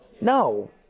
No